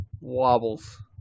wobbles